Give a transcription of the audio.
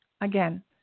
Again